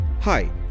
Hi